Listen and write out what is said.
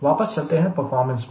वापस चलते हैं परफॉर्मेंस पर